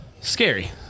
Scary